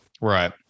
Right